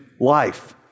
life